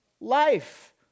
life